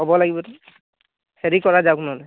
হেৰি কৰা যাওক নহ'লে